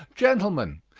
gentlemen,